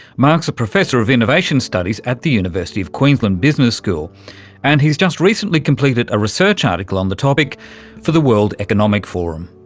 mark's a professor of innovation studies at the university of queensland business school and he's just recently completed a research article on the topic for the world economic forum.